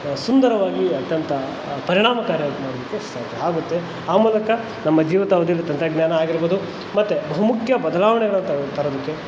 ಸುಂದರವಾಗಿ ಅತ್ಯಂತ ಪರಿಣಾಮಕಾರಿಯಾಗಿ ಮಾಡೋದಕ್ಕೆ ಸಾಧ್ಯ ಆಗುತ್ತೆ ಆ ಮೂಲಕ ನಮ್ಮ ಜೀವಿತಾವಧಿಯಲ್ಲಿ ತಂತ್ರಜ್ಞಾನ ಆಗಿರ್ಬೋದು ಮತ್ತು ಬಹುಮುಖ್ಯ ಬದಲಾವಣೆಗಳನ್ನು ತರೋದಕ್ಕೆ